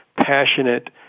passionate